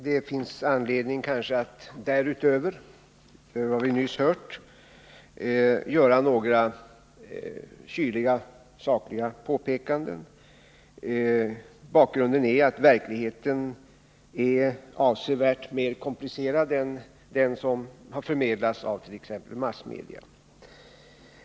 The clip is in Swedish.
Herr talman! Det finns kanske anledning att utöver vad vi nyss fått höra göra några kyliga, sakliga påpekanden. Bakgrunden är avsevärt mer komplicerad än den som har förmedlats av t.ex. massmedia.